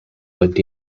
went